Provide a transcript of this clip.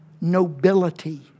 nobility